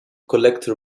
collector